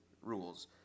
rules